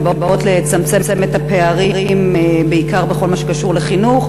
שבאות לצמצם את הפערים בעיקר בכל מה שקשור לחינוך,